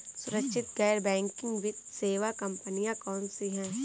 सुरक्षित गैर बैंकिंग वित्त सेवा कंपनियां कौनसी हैं?